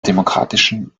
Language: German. demokratischen